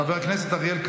חבר הכנסת גלעד קריב,